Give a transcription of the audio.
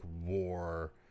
war